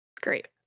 Great